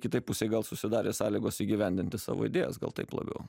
kitai pusei gal susidarė sąlygos įgyvendinti savo idėjas gal taip labiau